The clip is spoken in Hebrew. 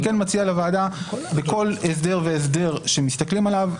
אני כן מציע לוועדה בכל הסדר והסדר שמסתכלים עליו,